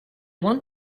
want